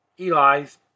Eli's